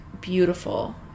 beautiful